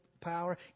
power